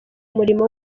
umurimo